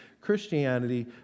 Christianity